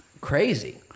crazy